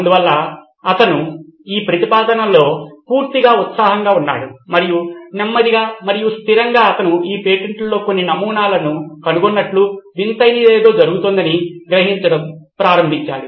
అందువల్ల అతను ఈ ప్రతిపాదనతో పూర్తిగా ఉత్సాహంగా ఉన్నాడు మరియు నెమ్మదిగా మరియు స్థిరంగా అతను ఈ పేటెంట్లలో కొన్ని నమూనాలను కనుగొన్నట్లు వింతైనది ఏదో జరుగుతోందని గ్రహించడం ప్రారంభించాడు